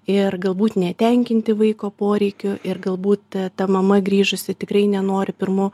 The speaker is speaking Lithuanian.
ir galbūt ne tenkinti vaiko poreikių ir galbūt ta mama grįžusi tikrai nenori pirmu